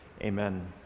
Amen